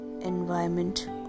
Environment